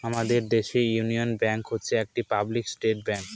আমাদের দেশের union bank হচ্ছে একটি পাবলিক সেক্টর ব্যাঙ্ক